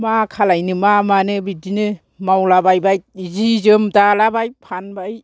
मा खालायनो मा मानो बिदिनो मावलाबायबाय जि जोम दालाबाय फानबाय